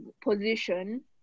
position